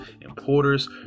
importers